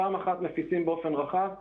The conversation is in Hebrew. פעם אחת מפיצים באופן רחב,